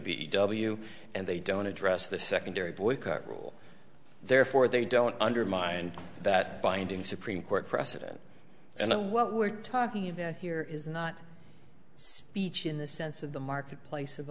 b e w and they don't address the secondary boycott rule therefore they don't undermine that binding supreme court precedent and what we're talking about here is not so speech in the sense of the marketplace of